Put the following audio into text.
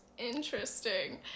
Interesting